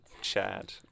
Chad